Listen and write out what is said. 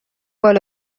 بال